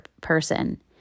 person